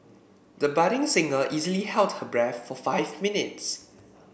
the budding singer easily held her breath for five minutes